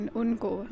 undgå